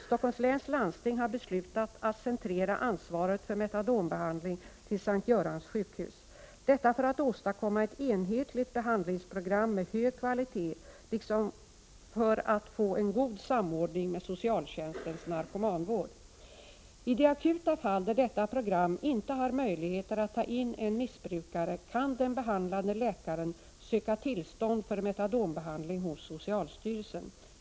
Stockholms läns landsting har beslutat att centrera ansvaret för metadonbehandling till S:t Görans sjukhus, detta för att åstadkomma ett enhetligt behandlingsprogram med hög kvalitet liksom för att få en god samordning med socialtjänstens narkomanvård. I de akuta fall där detta program inte har möjligheter att ta in en missbrukare kan den behandlande läkaren söka tillstånd för metadonbehandling hos socialstyrelsen.